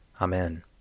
Amen